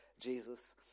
Jesus